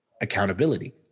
accountability